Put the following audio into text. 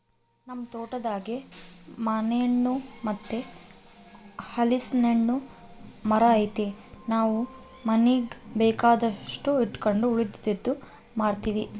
ನಮ್ ತೋಟದಾಗೇ ಮಾನೆಣ್ಣು ಮತ್ತೆ ಹಲಿಸ್ನೆಣ್ಣುನ್ ಮರ ಐತೆ ನಾವು ಮನೀಗ್ ಬೇಕಾದಷ್ಟು ಇಟಗಂಡು ಉಳಿಕೇದ್ದು ಮಾರ್ತೀವಿ